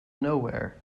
nowhere